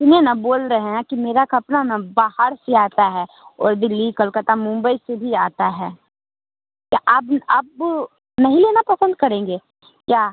सुनिए न बोल रहे हैं कि मेरा कपड़ा न बाहर से आता है और दिल्ली कलकत्ता मुम्बई से भी आता है क्या आप आप नहीं लेना पसंद करेंगे क्या